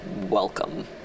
welcome